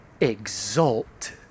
exult